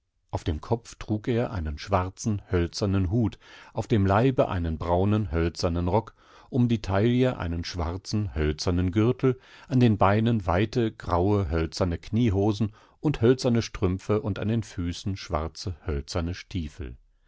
auf dem kopf trug er einen schwarzen hölzernen hut auf dem leibe einen braunen hölzernen rock um die taille einen schwarzen hölzernen gürtel an den beinen weite graue hölzerne kniehosen und hölzerne strümpfe und an den füßen schwarze hölzerne stiefel